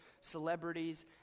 celebrities